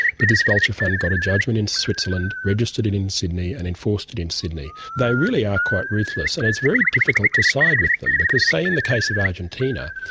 but this vulture fund got a judgement in switzerland, registered it in sydney and enforced it in sydney. they really are quite ruthless, and it's very difficult to side with them because in the case of argentina,